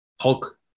Hulk